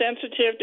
sensitive